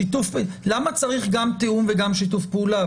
למה צריך גם תיאום וגם שיתוף פעולה?